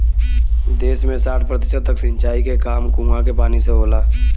देस में साठ प्रतिशत तक सिंचाई के काम कूंआ के पानी से होला